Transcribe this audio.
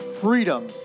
freedom